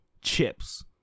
chips